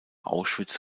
auschwitz